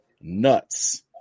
nuts